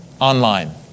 online